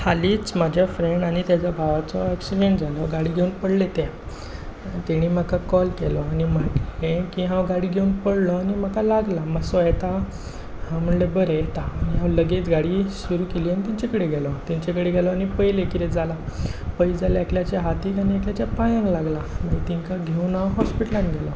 हालींच म्हज्या फ्रँड आनी ताज्या भावाचो एक्सिडंट जालो गाडी घेवन पडले ते ताणी म्हाका कॉल केलो आनी म्हणलें की हांव गाडी घेवन पडलो आनी म्हाका लागलां मातसो येता हांव म्हणलें बरें येता आनी हांव लेगीत गाडी सुरू केली आनी तांच्या कडेन गेलो तांच्या कडेन गेलो आनी पयलें किरतें जालां पळयत जाल्यार एकल्याच्या हातीक आनी एकल्याच्या पांयांक लागलां मागीर तांकां घेवन हांव हॉस्पिटलांत गेलो